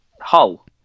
Hull